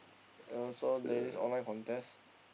and also there is online contest